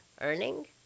Earning